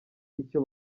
icyo